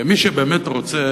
מי שבאמת רוצה